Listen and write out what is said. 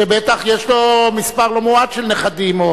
שבטח יש לו מספר לא מועט של נכדים.